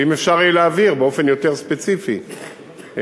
ואם אפשר יהיה להעביר באופן יותר ספציפי למשרד,